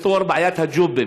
לפתור את בעיית הג'ובים,